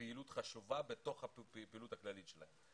כפילות חשובה בתוך הפעילות הכללית שלהם.